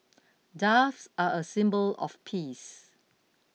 doves are a symbol of peace